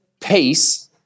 pace